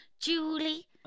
Julie